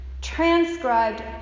Transcribed